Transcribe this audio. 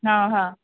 हा हा